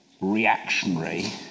reactionary